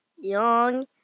young